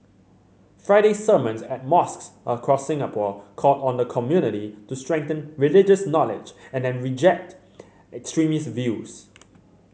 Friday sermons at mosques across Singapore called on the community to strengthen religious knowledge and reject extremist views